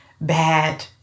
bad